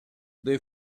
they